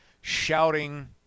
shouting